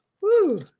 Woo